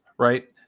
Right